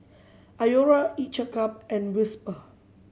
Iora Each a Cup and Whisper